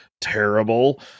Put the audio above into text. terrible